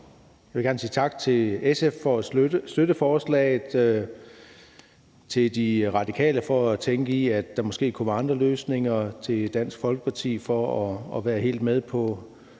Jeg vil gerne sige tak til SF for at støtte forslaget, og tak til De Radikale for at tænke i, at der måske kunne være andre løsninger. Også tak til Dansk Folkeparti for at være helt med på